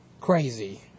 Crazy